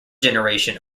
generation